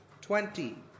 twenty